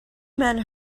men